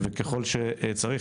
וככל שצריך,